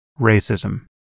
racism